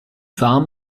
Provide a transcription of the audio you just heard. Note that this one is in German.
warm